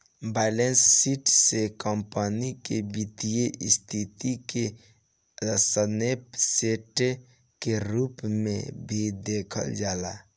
balance sheet से company के वित्तीय स्थिति के स्नैप शोर्ट के रूप में भी देखल जाला